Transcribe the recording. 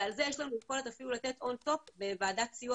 ועל זה יש לנו יכולת אפילו לתת ON TOP בוועדת סיוע